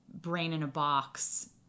brain-in-a-box